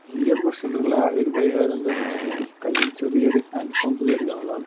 ഈ ഒരു പ്രശ്നത്തിനുള്ള ആകെ ഒരു പരിഹാരം എന്താണെന്നു വെച്ചിട്ടുണ്ടെങ്കിൽ കയ്യിൽ ചെറിയൊരു ഹാൻഡ് പമ്പ് കരുതുക എന്നുള്ളതാണ്